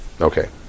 Okay